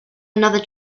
another